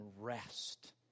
rest